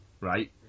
right